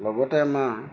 লগতে আমাৰ